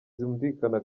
zumvikana